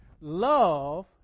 love